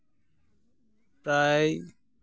ᱯᱨᱟᱭ